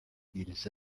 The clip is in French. ils